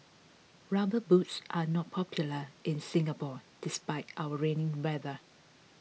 rubber boots are not popular in Singapore despite our rainy weather